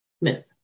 myth